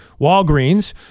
Walgreens